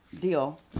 deal